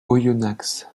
oyonnax